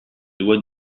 lois